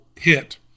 Hit